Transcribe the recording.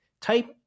type